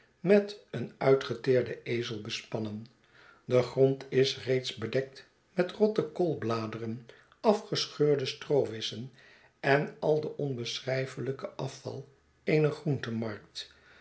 met een uitgeteerden ezelbespannen de grond is reeds bedekt met rotte koolsbladeren afgescheurde stroowisschen en al den onbeschrijfelijken afval eener